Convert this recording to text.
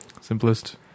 Simplest